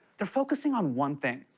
they're focusing on one thing.